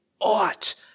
ought